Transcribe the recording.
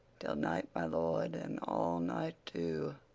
till night, my lord and all night too!